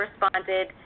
responded